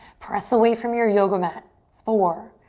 press away from your yoga mat. four,